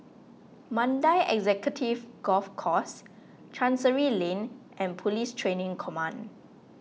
Mandai Executive Golf Course Chancery Lane and Police Training Command